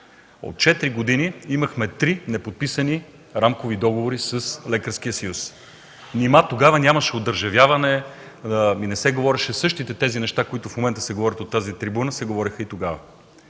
четири години имахме три неподписани рамкови договори с Лекарския съюз. Нима тогава нямаше одържавяване? Същите неща, които в момента се говорят от тази трибуна, се говореха и тогава.